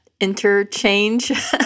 interchange